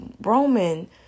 Roman